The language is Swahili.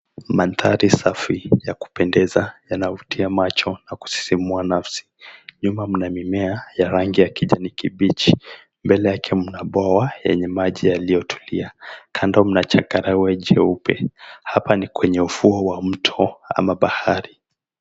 Mandhari safi ya kupendeza yanavutia macho na kusisimua nafsi, nyuma mna mimea ya rangi ya kijani kibichi mbele yake mna bwawa yenye maji yaliyotulia, kando mna changarawe jeupe. Hapa ni kwenye ufuo wa mto ama bahari.